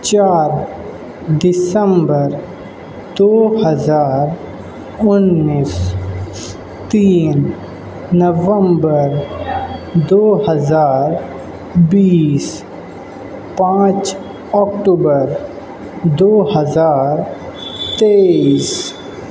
چار دسمبر دو ہزار انیس تین نومبر دو ہزار بیس پانچ اکٹوبر دو ہزار تیئیس